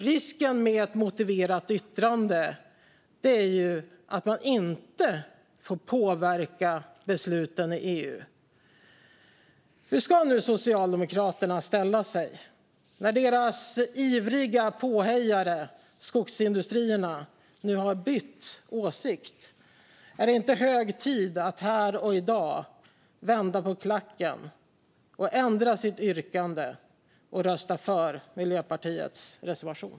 Risken med ett motiverat yttrande är att man inte får påverka besluten i EU. Hur ska nu Socialdemokraterna ställa sig när deras ivriga påhejare Skogsindustrierna har bytt åsikt? Är det inte hög tid att här och i dag vända på klacken och ändra sitt yrkande och rösta för Miljöpartiets reservation?